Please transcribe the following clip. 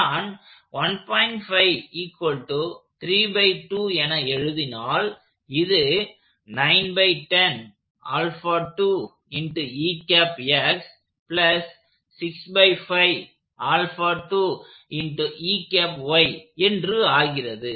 நான் என எழுதினால் இது என்று ஆகிறது